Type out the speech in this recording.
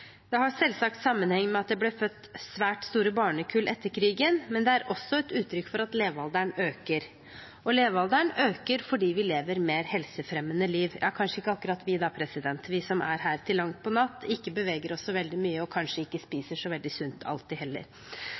Det har selvsagt sammenheng med at det ble født svært store barnekull etter krigen, men det er også et uttrykk for at levealderen øker. Og levealderen øker fordi vi lever mer helsefremmende liv – ja, kanskje ikke akkurat vi, da, president, vi som er her til langt på natt og ikke beveger oss så veldig mye og kanskje ikke spiser så mye sunt alltid heller.